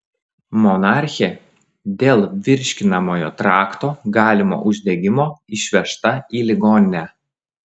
monarchė dėl virškinamojo trakto galimo uždegimo išvežta į ligoninę